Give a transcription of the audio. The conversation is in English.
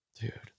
Dude